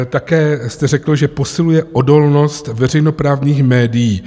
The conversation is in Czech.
Také jste řekl, že posiluje odolnost veřejnoprávních médií.